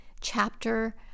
chapter